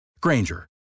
Granger